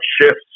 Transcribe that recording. shifts